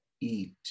eat